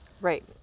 Right